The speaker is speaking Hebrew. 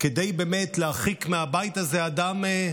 כדי באמת להרחיק מהבית הזה אדם,